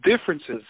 differences